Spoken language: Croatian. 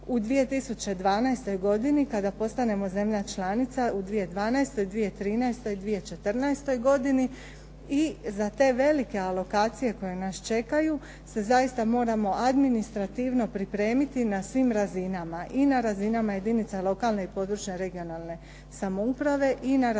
U 2012. godini kada postanemo zemlja članica u 2012., 2013., 2014. godini i za te velike alokacije koje nas čekaju se zaista moramo administrativno pripremiti na svim razinama. I na razinama jedinica lokalne i područne (regionalne) samouprave i na razinama